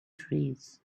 trees